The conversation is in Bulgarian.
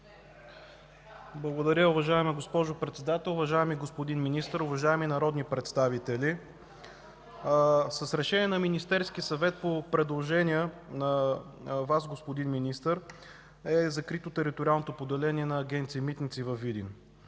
Благодаря, уважаема госпожо Председател. Уважаеми господин Министър, уважаеми народни представители! С решение на Министерския съвет по предложение на Вас, господин Министър, е закрито териториалното поделение на Агенция „Митници” във Видин.